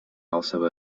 also